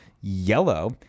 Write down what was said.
yellow